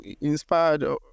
inspired